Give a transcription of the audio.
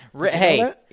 Hey